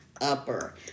upper